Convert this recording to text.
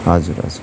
हजुर हजुर